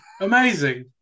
Amazing